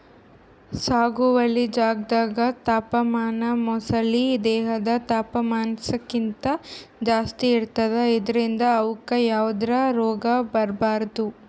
ಸಾಗುವಳಿ ಜಾಗ್ದಾಗ್ ತಾಪಮಾನ ಮೊಸಳಿ ದೇಹದ್ ತಾಪಮಾನಕ್ಕಿಂತ್ ಜಾಸ್ತಿ ಇರ್ತದ್ ಇದ್ರಿಂದ್ ಅವುಕ್ಕ್ ಯಾವದ್ರಾ ರೋಗ್ ಬರ್ಬಹುದ್